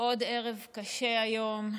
עוד ערב קשה היום,